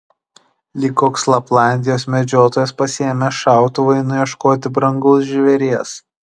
lyg koks laplandijos medžiotojas pasiėmęs šautuvą einu ieškoti brangaus žvėries